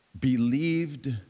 believed